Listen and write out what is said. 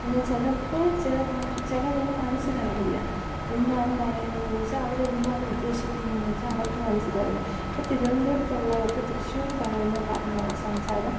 എന്നാൽ ചിലപ്പോൾ ചില ഭാഷ ചിലതൊന്നും മനസ്സിലാവില്ല എന്താണ് പറയുന്നതെന്ന് വെച്ചാൽ അവർ എന്താണ് ഉദ്ദേശിക്കുന്നതെന്ന് വെച്ചാൽ അവർക്ക് മനസ്സിലാവില്ല ഇപ്പോൾ തിരുവനന്തപുരത്ത് ഉള്ളവർക്ക് തൃശ്ശൂർ പറയുന്ന ഭാ സംസാരം